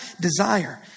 desire